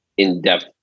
in-depth